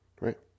right